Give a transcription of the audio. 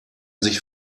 sich